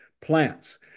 plants